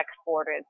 exported